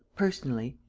personally?